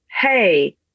hey